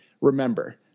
Remember